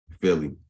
Philly